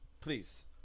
please